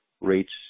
rates